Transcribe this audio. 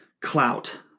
clout